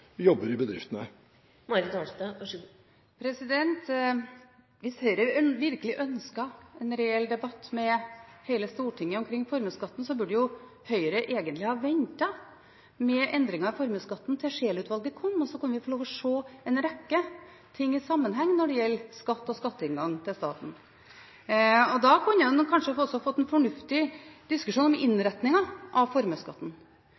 jobber i bedriftene? Hvis Høyre virkelig ønsket en reell debatt med hele Stortinget om formuesskatten, burde jo Høyre egentlig ha ventet med endringer av formuesskatten til Scheel-utvalget kom med sin rapport, og så kunne vi få se en rekke ting i sammenheng når det gjelder skatt og skatteinngang til staten. Da kunne en kanskje også ha fått en fornuftig diskusjon om innretningen av formuesskatten.